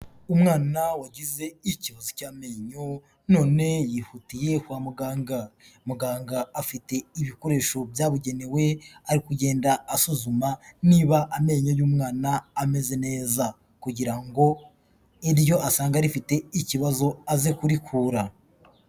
Umwana wagize ikibazo cy'amenyo, none yihutiye kwa muganga. Muganga afite ibikoresho byabugenewe, ari kugenda asuzuma niba amenyo y'umwana ameze neza kugira ngo iryo asanga rifite ikibazo aze kurikura.